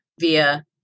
via